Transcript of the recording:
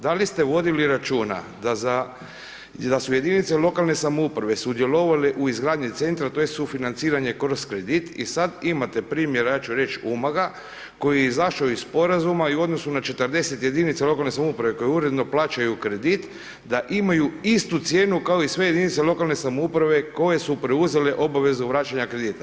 Da li ste vodili računa da su jedinice lokalne samouprave sudjelovali u izgradnji centra tj. sufinanciranje kroz kredit i sad imate primjera, ja ću reć Umaga, koji je izašao iz sporazuma i u odnosu na 40 jedinica lokalne samouprave koje uredno plaćaju kredit, da imaju istu cijenu kao i sve jedinice lokalne samouprave koje su preuzele obavezu vraćanja kredita.